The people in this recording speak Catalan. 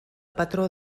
patró